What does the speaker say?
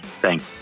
Thanks